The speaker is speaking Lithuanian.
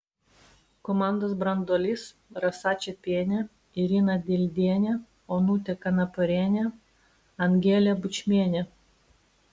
komandos branduolys rasa čepienė irina dildienė onutė kanaporienė angelė bučmienė